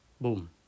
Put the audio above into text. boom